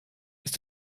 ist